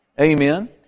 Amen